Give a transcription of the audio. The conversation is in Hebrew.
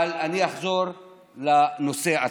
אבל אני אחזור לנושא עצמו.